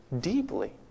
deeply